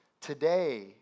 today